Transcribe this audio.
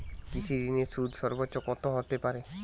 কৃষিঋণের সুদ সর্বোচ্চ কত হতে পারে?